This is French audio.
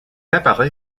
appareil